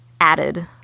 added